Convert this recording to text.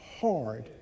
hard